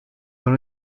dans